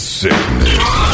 sickness